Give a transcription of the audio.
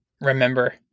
remember